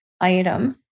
item